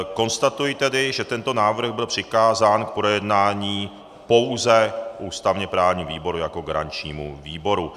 Konstatuji tedy, že tento návrh byl přikázán k projednání pouze ústavněprávnímu výboru jako garančnímu výboru.